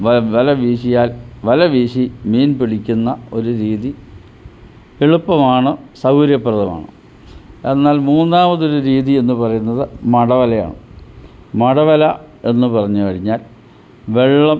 വല വീശിയാൽ വല വീശി മീൻ പിടിക്കുന്ന ഒരു രീതി എളുപ്പമാണ് സൗകര്യപ്രദമാണ് എന്നാൽ മൂന്നാമത് ഒരു രീതി എന്നു പറയുന്നത് മടവലയാണ് മടവല എന്ന് പറഞ്ഞു കഴിഞ്ഞാൽ വെള്ളം